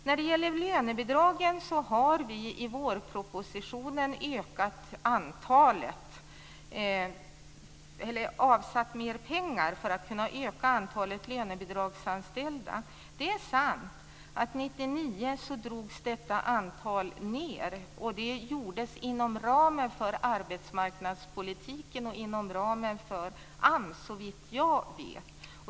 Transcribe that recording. När det gäller lönebidragen har vi i vårpropositionen avsatt mer pengar för att kunna öka antalet lönebidragsanställda. Det är sant att detta antal drogs ned 1999. Det gjordes inom ramen för arbetsmarknadspolitiken och inom ramen för AMS, såvitt jag vet.